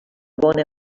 bona